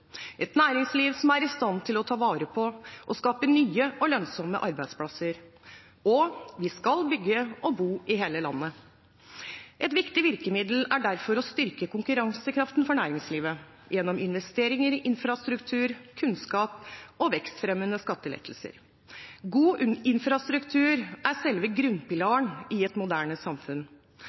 et næringsliv som er i stand til å ta vare på og skape nye og lønnsomme arbeidsplasser. Og vi skal bygge og bo i hele landet. Et viktig virkemiddel er derfor å styrke konkurransekraften for næringslivet gjennom investeringer i infrastruktur, kunnskap og vekstfremmende skattelettelser. God infrastruktur er selve grunnpilaren i et moderne samfunn.